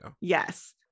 Yes